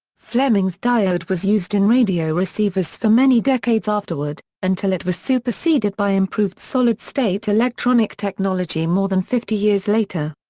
fleming's diode was used in radio receivers for many decades afterward, until it was superseded by improved solid state electronic technology more than fifty years later.